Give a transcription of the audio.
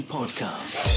Podcast